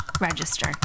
register